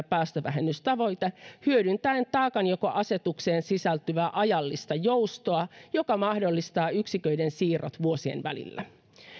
päästövähennystavoite hyödyntäen taakanjakoasetukseen sisältyvää ajallista joustoa joka mahdollistaa yksiköiden siirrot vuosien välillä